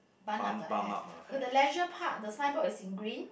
bun up the hair the leisure park the sign board is in green